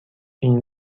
این